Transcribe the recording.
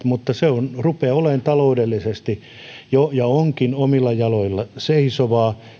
mutta se rupeaa jo olemaan taloudellisesti ja onkin omilla jaloillaan seisovaa